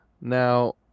Now